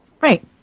Right